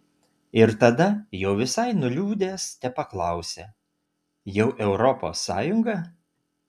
ir tada jau visai nuliūdęs tepaklausia jau europos sąjunga